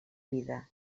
vida